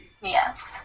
Yes